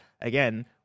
again